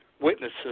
witnesses